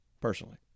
personally